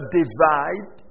divide